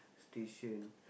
station